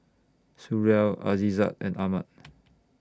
Suria Aizat and Ahmad